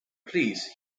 police